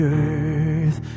earth